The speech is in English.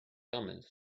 omens